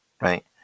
right